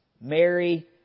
Mary